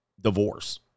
divorce